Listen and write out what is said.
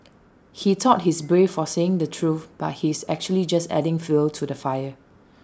he thought he's brave for saying the truth but he's actually just adding fuel to the fire